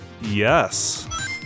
Yes